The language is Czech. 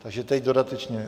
Takže teď dodatečně.